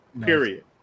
period